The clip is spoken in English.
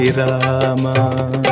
rama